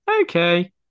Okay